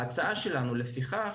ההצעה שלנו לפיכך